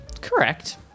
Correct